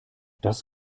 das